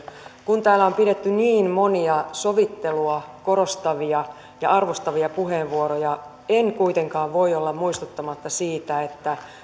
kun täällä on pidetty niin monia sovittelua korostavia ja arvostavia puheenvuoroja en kuitenkaan voi olla muistuttamatta siitä että